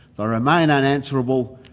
ah remain unanswerable,